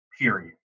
period